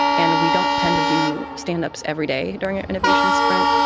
and we don't tend to do stand ups every day during innovation sprint.